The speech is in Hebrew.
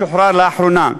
שוחרר לאחרונה.